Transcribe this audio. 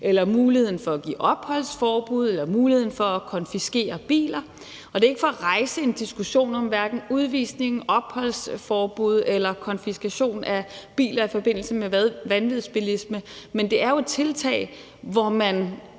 eller muligheden for at give opholdsforbud eller muligheden for at konfiskere biler. Det er ikke for at rejse en diskussion om hverken udvisning, opholdsforbud eller konfiskation af biler i forbindelse med vanvidsbilisme, men det er jo et tiltag, hvor man,